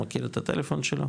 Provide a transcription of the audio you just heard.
מכיר את הטלפון שלו